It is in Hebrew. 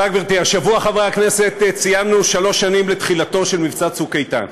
התשע"ז 2017, של חברי הכנסת עפר שלח,